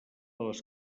les